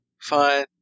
Fine